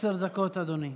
בבקשה, עשר דקות, אדוני.